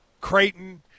Creighton